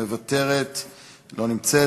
לא נמצאת,